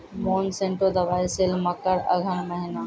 Monsanto दवाई sale मकर अघन महीना,